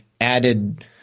added –